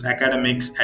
Academics